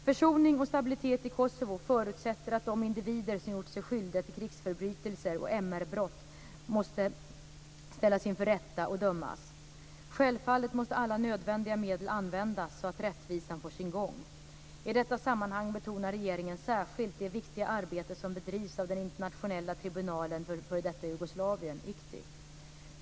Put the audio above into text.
Försoning och stabilitet i Kosovo förutsätter att de individer som gjort sig skyldiga till krigsförbrytelser och MR-brott måste ställas inför rätta och dömas. Självfallet måste alla nödvändiga medel användas så att rättvisan får sin gång. I detta sammanhang betonar regeringen särskilt det viktiga arbete som bedrivs av den internationella tribunalen för f.d. Jugoslavien .